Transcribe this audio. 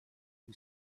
who